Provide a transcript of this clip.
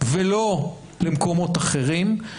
ולא למקומות אחרים,